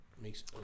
makes